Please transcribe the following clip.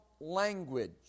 language